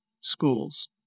Schools